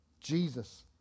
Jesus